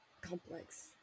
complex